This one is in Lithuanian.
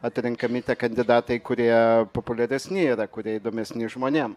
atrenkami tie kandidatai kurie populiaresni yra kurie įdomesni žmonėm